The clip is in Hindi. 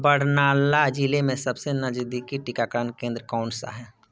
बरनाला ज़िले में सबसे नज़दीकी टीकाकरण केंद्र कौनसा है